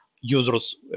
users